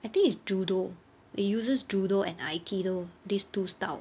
I think it's judo they uses judo and aikido these two style